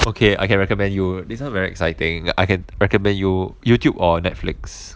okay I can recommend you this [one] very exciting I can recommend you youtube or netflix